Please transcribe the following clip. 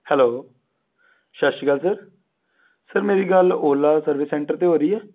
hello ਸਤਿ ਸ਼੍ਰੀ ਅਕਾਲ ਸਰ ਸਰ ਮੇਰੀ ਗੱਲ ਓਲਾ ਸਰਵਿਸ ਸੈਂਟਰ 'ਤੇ ਹੋ ਰਹੀ ਹੈ